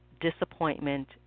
disappointment